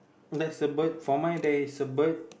there's a bird for mine there is a bird